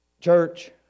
Church